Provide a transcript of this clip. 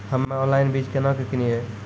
हम्मे ऑनलाइन बीज केना के किनयैय?